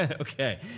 Okay